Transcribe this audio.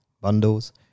bundles